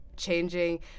changing